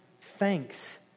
thanks